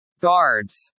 Guards